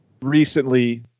recently